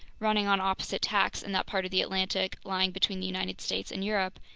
running on opposite tacks in that part of the atlantic lying between the united states and europe,